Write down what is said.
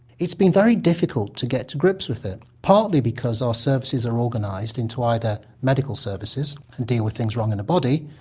it's been very difficult to get to grips with it, partly because our services are organised into either medical services that and deal with things wrong in the body,